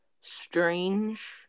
Strange